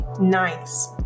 nice